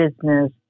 business